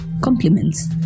compliments